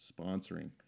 sponsoring